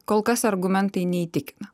kol kas argumentai neįtikina